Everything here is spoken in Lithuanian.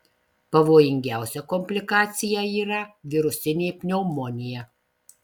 pavojingiausia komplikacija yra virusinė pneumonija